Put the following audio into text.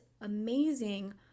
amazing